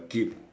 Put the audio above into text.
keep